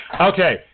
okay